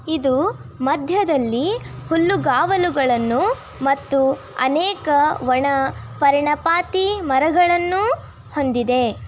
ಇದು ಮಧ್ಯದಲ್ಲಿ ಹುಲ್ಲುಗಾವಲುಗಳನ್ನು ಮತ್ತು ಅನೇಕ ಒಣ ಪರ್ಣಪಾತಿ ಮರಗಳನ್ನೂ ಹೊಂದಿದೆ